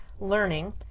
learning